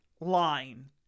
line